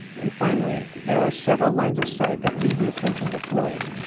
and finally, there are several lines of sight that lead the attention to floyd.